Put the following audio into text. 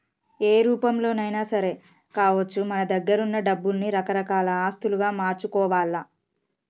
ఏ రూపంలోనైనా సరే కావచ్చు మన దగ్గరున్న డబ్బుల్ని రకరకాల ఆస్తులుగా మార్చుకోవాల్ల